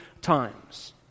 times